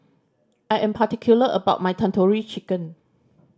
I am particular about my Tandoori Chicken